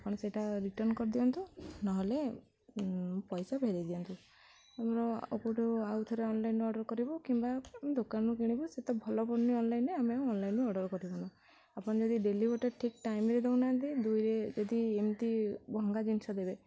ଆପଣ ସେଇଟା ରିଟର୍ଣ୍ଣ କରିଦିଅନ୍ତୁ ନହେଲେ ପଇସା ଫେରେଇ ଦିଅନ୍ତୁ ଆମର ଆଉ କୋଉଠୁ ଆଉ ଥରେ ଅନଲାଇନ୍ ଅର୍ଡ଼ର୍ କରିବୁ କିମ୍ବା ଦୋକାନରୁ କିଣିବୁ ସେ ତ ଭଲ ପଡ଼ୁନି ଅନଲାଇନ୍ରେ ଆମେ ଆଉ ଅନଲାଇନ୍ରେ ଅର୍ଡ଼ର୍ କରିବୁନୁ ଆପଣ ଯଦି ଡେଲିଭରିଟା ଠିକ୍ ଟାଇମ୍ରେ ଦେଉନାହାନ୍ତି ଦୁଇରେ ଯଦି ଏମିତି ଭଙ୍ଗା ଜିନିଷ ଦେବେ